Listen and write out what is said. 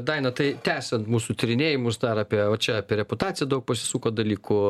daina tai tęsiant mūsų tyrinėjimus dar apie va čia apie reputaciją daug pasisuko dalykų